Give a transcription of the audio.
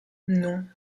non